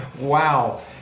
Wow